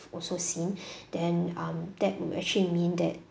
also seen then um that would actually mean that